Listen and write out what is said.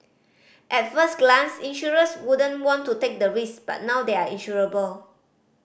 at first glance insurers wouldn't want to take the risk but now they are insurable